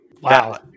Wow